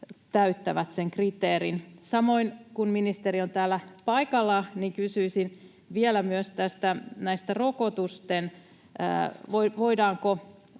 täyttävät? Samoin, kun ministeri on täällä paikalla, kysyisin vielä myös näistä rokotuksista. Voitaisiinko